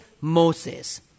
Moses